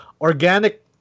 organic